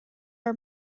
are